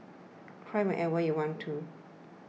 cry whenever you want to